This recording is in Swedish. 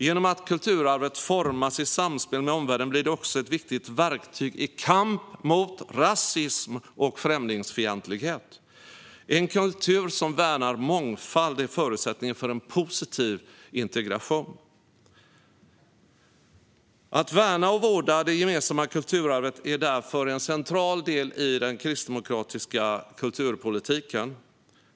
Genom att kulturarvet formas i samspel med omvärlden blir det också ett viktigt verktyg i kampen mot rasism och främlingsfientlighet. En kultur som värnar mångfald är förutsättningen för en positiv integration. Att värna och vårda det gemensamma kulturarvet är därför en central del i den kristdemokratiska kulturpolitiken.